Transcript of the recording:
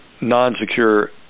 non-secure